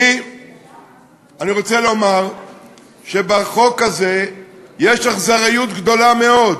אני רוצה לומר שבחוק הזה יש אכזריות גדולה מאוד.